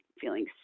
feeling